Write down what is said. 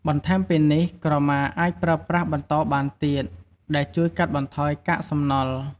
បន្ថែមពីនេះក្រមាអាចប្រើប្រាស់បន្តបានទៀត ដែលជួយកាត់បន្ថយកាកសំណល់។